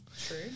True